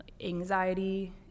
Anxiety